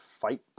fight